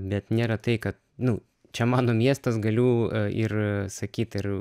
bet nėra tai kad nu čia mano miestas galiu ir sakyt ir